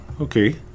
okay